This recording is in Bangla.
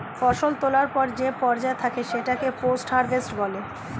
ফসল তোলার পর যে পর্যায় থাকে সেটাকে পোস্ট হারভেস্ট বলে